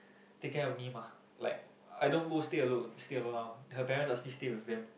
take care of me ma like I don't go stay alone stay alone one her parents ask me stay with them